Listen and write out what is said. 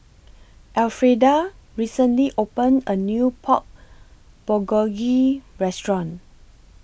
Elfrieda recently opened A New Pork Bulgogi Restaurant